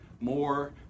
more